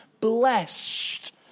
blessed